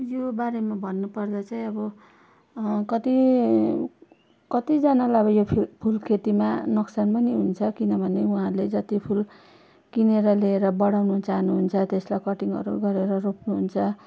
यो बारेमा भन्नुपर्दा चाहिँ अब कति कतिजनालाई अब यो फुल फुलखेतीमा नोक्सान पनि हुन्छ किनभने वहाँहरले जति फुल किनेर लिएर बढाउनु चाहनुहुन्छ त्यसलाई कटिङहरू गरेर रोप्नुहुन्छ